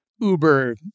uber